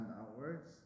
outwards